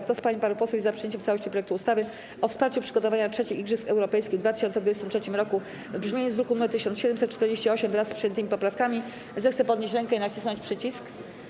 Kto z pań i panów posłów jest za przyjęciem w całości projektu ustawy o wsparciu przygotowania III Igrzysk Europejskich w 2023 roku w brzmieniu z druku nr 1748, wraz z przyjętymi poprawkami, zechce podnieść rękę i nacisnąć przycisk.